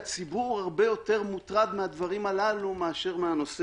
הציבור הרבה יותר מוטרד מהדברים הללו מאשר מהנושא